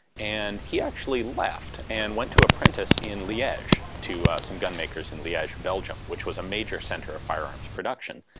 and he actually left and went to apprentice in liege, to some gun makers in liege, belgium, which was a major centre of firearms production.